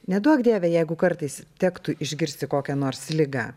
neduok dieve jeigu kartais tektų išgirsti kokią nors ligą